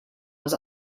was